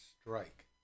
strike